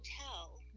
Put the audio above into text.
hotel